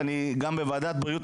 אני גם בוועדת בריאות,